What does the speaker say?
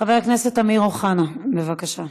חבר הכנסת אמיר אוחנה, בבקשה.